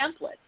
template